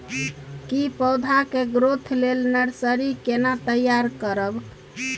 की पौधा के ग्रोथ लेल नर्सरी केना तैयार करब?